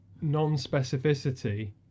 non-specificity